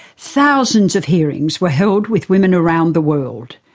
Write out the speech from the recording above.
thousands of hearings were held with women around the world.